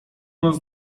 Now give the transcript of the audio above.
nas